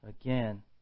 again